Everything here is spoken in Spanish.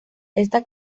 esta